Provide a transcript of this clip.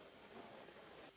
Hvala